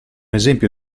esempio